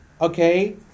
okay